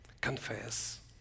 confess